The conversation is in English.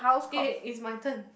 eh it's my turn